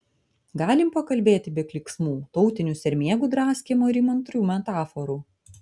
galim pakalbėti be klyksmų tautinių sermėgų draskymo ir įmantrių metaforų